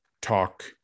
talk